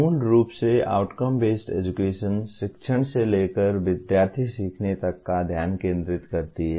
मूल रूप से आउटकम बेस्ड एजुकेशन शिक्षण से लेकर विद्यार्थी सीखने तक का ध्यान केंद्रित करती है